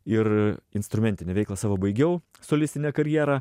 ir instrumentinę veiklą savo baigiau solistinę karjerą